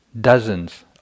dozens